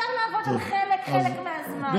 אפשר לעבוד על חלק, חלק מהזמן, מה זה שייך?